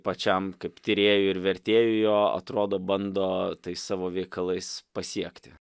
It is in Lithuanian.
pačiam kaip tyrėjui ir vertėjui jo atrodo bando tais savo veikalais pasiekti